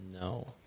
No